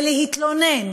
ולהתלונן,